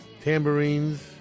tambourines